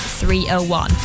301